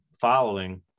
following